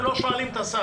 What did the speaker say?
הם לא שואלים את השר.